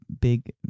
big